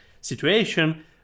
situation